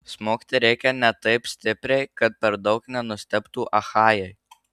smogti reikia ne taip stipriai kad per daug nenustebtų achajai